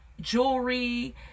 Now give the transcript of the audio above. jewelry